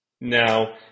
Now